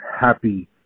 happy